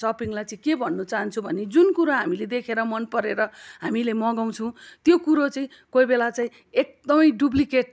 सपिङलाई चाहिँ के भन्न चाहन्छु भने जुन कुरो हामीले देखेर मन परेर हामीले मगाउँछौँ त्यो कुरो चाहिँ कोही बेला चाहिँ एकदमै डुप्लिकेट